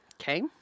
Okay